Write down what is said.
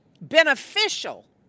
beneficial